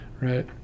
right